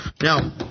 Now